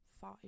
five